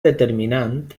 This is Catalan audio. determinant